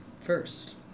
first